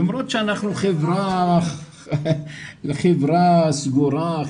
למרות שאנחנו חברה סגורה,